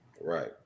right